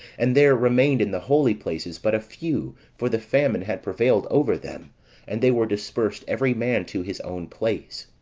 and there remained in the holy places but a few, for the famine had prevailed over them and they were dispersed every man to his own place.